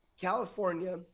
California